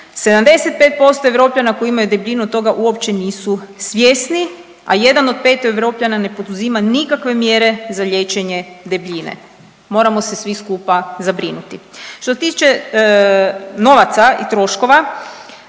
75% Europljana koji imaju debljinu od toga uopće nisu svjesni, a jedan od pet Europljana ne poduzima nikakve mjere za liječenje debljine. Moramo se svi skupa zabrinuti. Što se tiče novaca i troškova